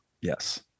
Yes